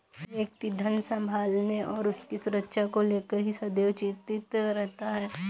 व्यक्ति धन संभालने और उसकी सुरक्षा को लेकर ही सदैव चिंतित रहता है